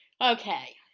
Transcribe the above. okay